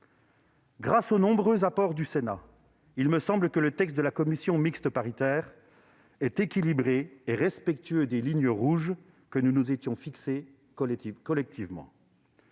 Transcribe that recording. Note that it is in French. Grâce aux nombreux apports du Sénat, le texte de la commission mixte paritaire est équilibré et respectueux des lignes rouges que nous nous étions fixées collectivement.